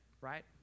right